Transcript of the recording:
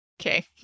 Okay